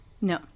no